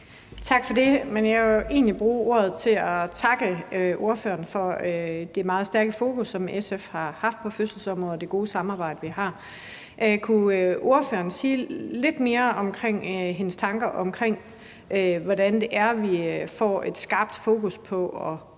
Tak for det. Jeg vil benytte lejligheden til at takke ordføreren for det meget stærke fokus, som SF har haft på fødselsområdet, og det gode samarbejde, vi har. Kunne ordføreren sige lidt mere om sine tanker om, hvordan vi får et skarpt fokus på at få